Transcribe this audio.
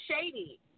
shady